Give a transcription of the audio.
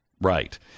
right